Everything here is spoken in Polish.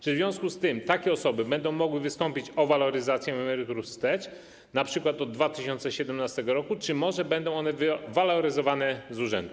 Czy w związku z tym takie osoby będą mogły wystąpić o waloryzację emerytur wstecz, np. od 2017 r., czy może będą one waloryzowane z urzędu?